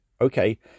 Okay